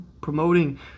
promoting